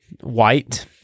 white